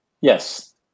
Yes